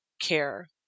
care